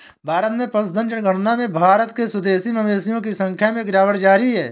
भारत में पशुधन जनगणना में भारत के स्वदेशी मवेशियों की संख्या में गिरावट जारी है